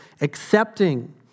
accepting